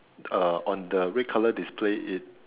uh on the red colour display it